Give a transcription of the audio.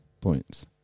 points